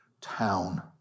town